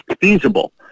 feasible